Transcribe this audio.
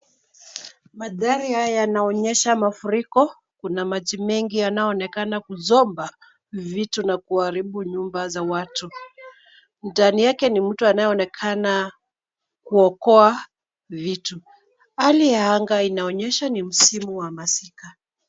Mandhari haya yanaonyesha mafuriko, kuna maji mengi yanaonekana kuzomba vitu na kuharibu nyumba za watu. Ndani yake ni mtu anayeonekana kuokoa vitu. Hali ya anga inaonyesha ni msimu wa masika.